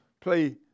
play